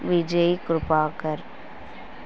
Vijay Krupakar